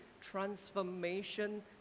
transformation